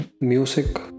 Music